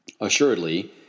Assuredly